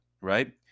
right